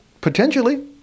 Potentially